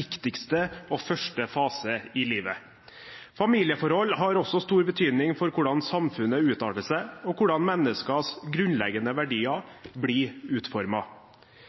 viktigste og første fase i livet. Familieforhold har også stor betydning for hvordan samfunnet arter seg, og hvordan menneskenes grunnleggende verdier blir